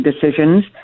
decisions